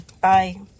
Bye